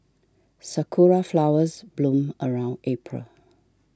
sakura flowers bloom around April